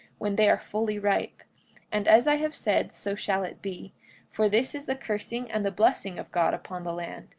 when they are fully ripe and as i have said so shall it be for this is the cursing and the blessing of god upon the land,